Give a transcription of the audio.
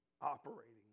operating